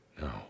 No